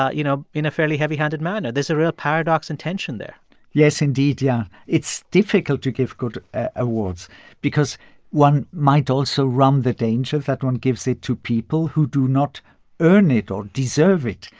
ah you know, in a fairly heavy-handed manner. there's a real paradox and tension there yes, indeed, yeah. it's difficult to give good awards because one might also run the danger that one gives it to people who do not earn it or deserve it.